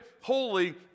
holy